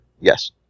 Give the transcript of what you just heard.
Yes